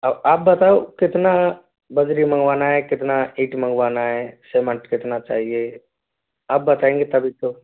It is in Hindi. अब आप बताओ कितना बजरी मंगवाना है कितना ईट मंगवाना है सीमेंट कितना चाहिए आप बताएंगे तभी तो